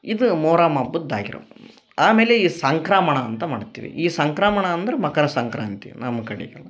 ಇದ ಮೊಹರಮ್ ಹಬ್ಬದ್ ಆಗಿರದು ಆಮೇಲೆ ಈ ಸಂಕ್ರಮಣ ಅಂತ ಮಾಡ್ತೀವಿ ಈ ಸಂಕ್ರಮಣ ಅಂದ್ರ ಮಕರ ಸಂಕ್ರಾಂತಿ ನಮ್ಮ ಕಡಿಗೆಲ್ಲ